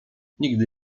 nigdy